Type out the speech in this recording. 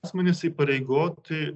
asmenys įpareigoti